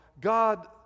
God